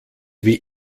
wie